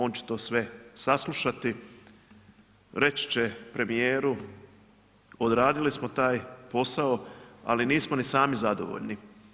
On će to sve saslušati, reći će premijeru, odradili smo taj posao, ali nismo ni sami zadovoljni.